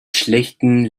schlechten